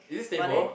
but then